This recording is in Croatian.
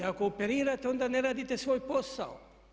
Ako operirate, onda ne radite svoj posao.